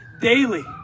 daily